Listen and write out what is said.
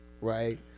right